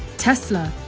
tesla,